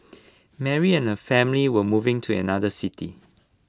Mary and her family were moving to another city